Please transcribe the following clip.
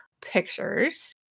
pictures